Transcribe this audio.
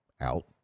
out